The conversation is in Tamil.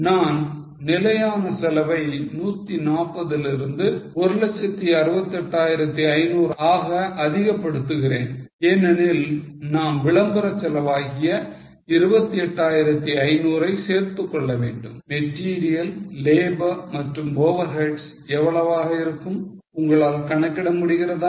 நான் நிலையான செலவை 140 இதிலிருந்து 168500 ஆக அதிகப் படுத்துகிறேன் ஏனெனில் நாம் விளம்பர செலவு ஆகிய 28500 ஐ சேர்த்துக் கொள்ள வேண்டும் மெட்டீரியல் லேபர் மற்றும் overheads எவ்வளவாக இருக்கும் உங்களால் கணக்கிட முடிகிறதா